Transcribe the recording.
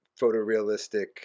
photorealistic